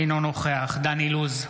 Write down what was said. אינו נוכח דן אילוז,